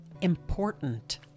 important